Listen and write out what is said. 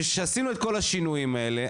שעשינו את כל השינויים האלה,